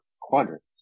quadrants